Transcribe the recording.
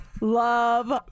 love